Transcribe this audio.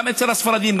גם אצל הספרדים,